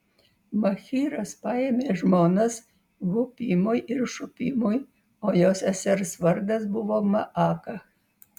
machyras paėmė žmonas hupimui ir šupimui o jo sesers vardas buvo maaka